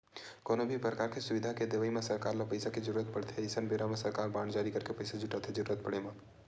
कोनो भी परकार के सुबिधा के देवई म सरकार ल पइसा के जरुरत पड़थे अइसन बेरा म सरकार बांड जारी करके पइसा जुटाथे जरुरत पड़े म